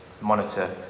monitor